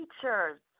Teachers